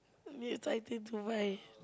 next item to buy